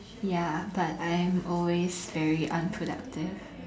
ya but I am always very unproductive